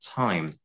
time